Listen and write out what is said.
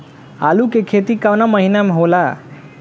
आलू के खेती कवना महीना में होला?